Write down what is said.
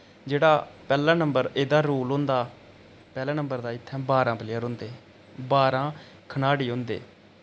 जेह्ड़ा पैह्ला नंबर एह्दा रूल होंदा पैह्ला नंबर तां इत्थै बारां प्लेयर होंदे बारां खलाड़ी होंदे